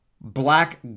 black